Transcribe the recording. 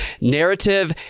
narrative